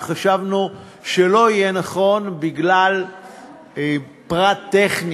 וחשבנו שלא יהיה נכון בגלל פרט טכני